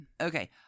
Okay